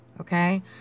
okay